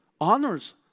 honors